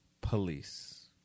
police